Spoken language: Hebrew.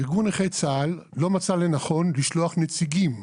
ארגון נכי צה"ל לא מצא לנכון לשלוח נציגים,